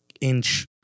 inch